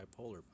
bipolar